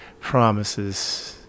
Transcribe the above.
promises